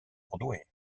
broadway